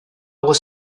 was